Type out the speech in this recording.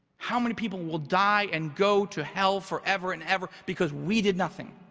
how many people will die and go to hell forever and ever because we did nothing?